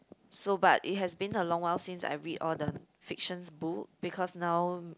so but it has been a long while since I read all the fiction book because now